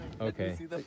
Okay